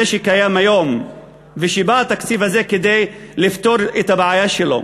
שקיים היום ושהתקציב הזה בא כדי לפתור את הבעיה שלו.